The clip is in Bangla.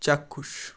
চাক্ষুষ